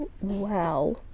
Wow